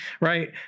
right